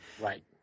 Right